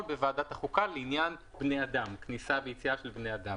בוועדה החוקה לעניין כניסה ויציאה של בני אדם.